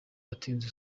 atinze